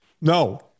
No